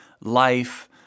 life